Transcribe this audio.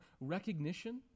Recognition